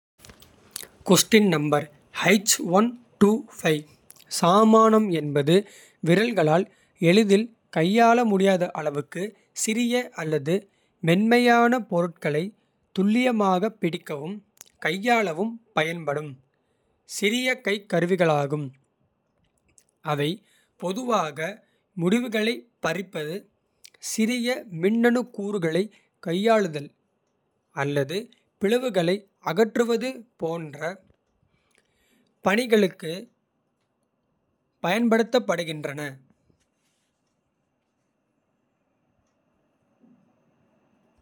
சாமணம் என்பது விரல்களால் எளிதில் கையாள. முடியாத அளவுக்கு சிறிய அல்லது மென்மையான. பொருட்களை துல்லியமாகப் பிடிக்கவும் கையாளவும். பயன்படும் சிறிய கைக் கருவிகளாகும் அவை பொதுவாக. முடிகளைப் பறிப்பது சிறிய மின்னணுக் கூறுகளைக். கையாளுதல் அல்லது பிளவுகளை அகற்றுவது. போன்ற பணிகளுக்குப் பயன்படுத்தப்படுகின்றன.